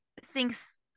thinks